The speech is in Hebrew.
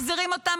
מחזירים אותם,